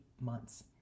months